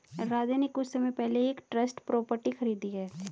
राधे ने कुछ समय पहले ही एक ट्रस्ट प्रॉपर्टी खरीदी है